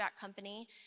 company